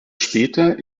später